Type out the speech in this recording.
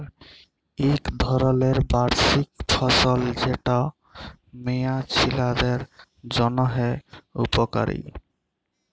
ইক ধরলের বার্ষিক ফসল যেট মিয়া ছিলাদের জ্যনহে উপকারি